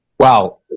Wow